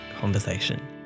conversation